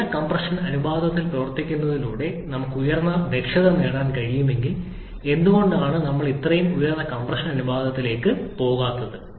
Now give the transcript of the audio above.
ഉയർന്ന കംപ്രഷൻ അനുപാതത്തിൽ പ്രവർത്തിക്കുന്നതിലൂടെ നമ്മൾക്ക് ഉയർന്ന ദക്ഷത നേടാൻ കഴിയുമെങ്കിൽ എന്തുകൊണ്ടാണ് ഞങ്ങൾ ഇത്രയും ഉയർന്ന കംപ്രഷൻ അനുപാതത്തിലേക്ക് പോകാത്തത്